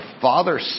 Father